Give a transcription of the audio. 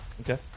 Okay